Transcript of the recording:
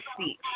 speech